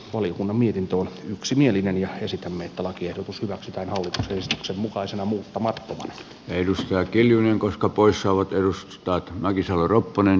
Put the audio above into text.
valiokunnan mietintö on yksimielinen ja esitämme että lakiehdotus hyväksytään hallituksen esityksen mukaisena muuttamattomana edustaa kiljunen koska poissaolot edustaa mäkisalo ropponen